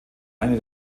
eine